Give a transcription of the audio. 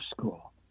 school